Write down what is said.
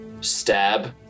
stab